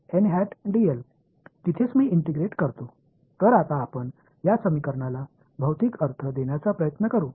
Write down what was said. எனவே இப்போது இந்த சமன்பாடுகளுக்கு ஒரு பிஸிக்கல் விளக்கத்தை கொடுக்க முயற்சிப்போம்